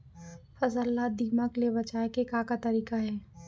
फसल ला दीमक ले बचाये के का का तरीका हे?